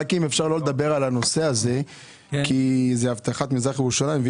עם עודפים אפשר לחכות 21 יום וזה מאושר אוטומטית.